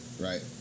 Right